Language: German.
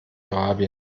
arabien